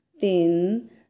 thin